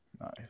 Nice